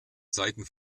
zeiten